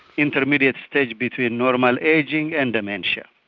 intermediate stage between normal ageing and dementia.